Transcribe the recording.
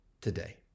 today